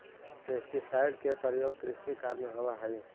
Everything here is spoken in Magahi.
पेस्टीसाइड के प्रयोग कृषि कार्य में होवऽ हई